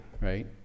right